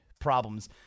problems